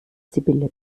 sibylle